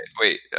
Wait